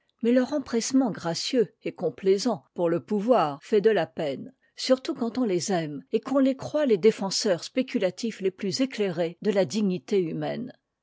mais leur empressement gracieux et complaisant pour le pouvoir fait de la peine surtout quand on les aime et qu'on les croit les défenseurs spéculatifs les plus éclairés de la dignité humaine